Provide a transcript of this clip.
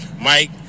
Mike